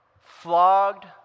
flogged